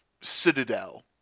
Citadel